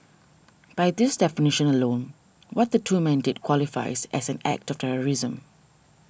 by this definition alone what the two men did qualifies as an act of terrorism